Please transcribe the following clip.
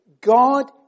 God